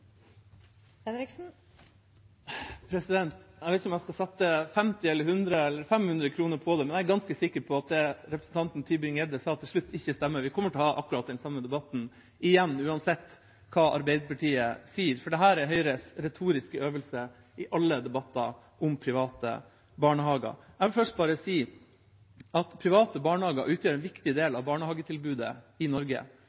Jeg vet ikke om jeg skal satse 50, 100 eller 500 kr på det, men jeg er ganske sikker på at det representanten Tybring-Gjedde sa til slutt, ikke stemmer. Vi kommer til å ha akkurat den samme debatten igjen, uansett hva Arbeiderpartiet sier, for dette er Høyres retoriske øvelse i alle debatter om private barnehager. Jeg vil først bare si at private barnehager utgjør en viktig del